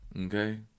okay